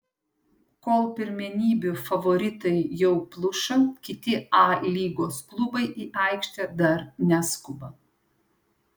kol pirmenybių favoritai jau pluša kiti a lygos klubai į aikštę dar neskuba